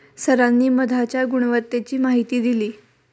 सरांनी मधाच्या गुणवत्तेची माहिती दिली